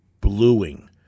bluing